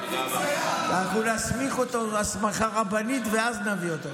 אנחנו נסמיך אותו הסמכה רבנית ואז נביא אותו.